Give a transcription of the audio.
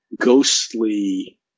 ghostly